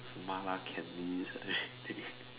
malay candies and things